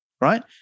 right